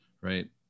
right